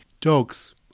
dogs